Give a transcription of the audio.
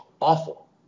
awful